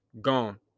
Gone